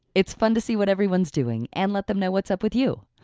it's fun to see what everyone's doing and let them know what's up with you.